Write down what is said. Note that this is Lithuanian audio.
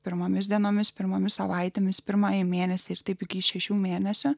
pirmomis dienomis pirmomis savaitėmis pirmąjį mėnesį ir taip iki šešių mėnesių